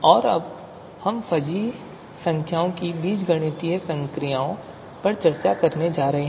और अब हम फजी संख्याओं के साथ बीजगणितीय संक्रियाएँ पर चर्चा करने जा रहे हैं